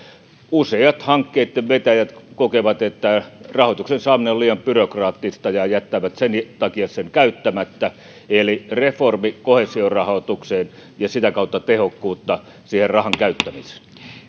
useat hankkeitten vetäjät kokevat että rahoituksen saaminen on liian byrokraattista ja jättävät sen takia sen käyttämättä eli reformi koheesiorahoitukseen ja sitä kautta tehokkuutta siihen rahan käyttämiseen